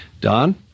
Don